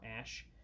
ash